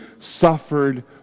suffered